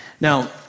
Now